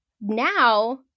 now